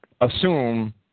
assume